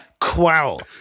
Quell